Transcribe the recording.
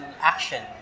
action